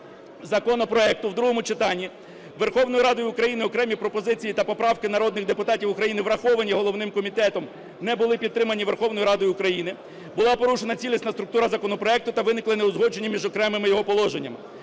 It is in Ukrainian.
в другому читанні Верховною Радою України окремі пропозиції та поправки народних депутатів України, враховані головним комітетом, не були підтримані Верховною Радою України, була порушена цілісна структура законопроекту та виникли неузгодження між окремими його положеннями.